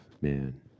man